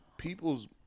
People's